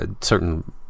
certain